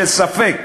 שספק